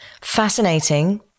Fascinating